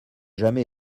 jamais